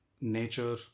nature